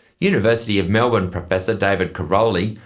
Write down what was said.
university of melbourne professor david karoly,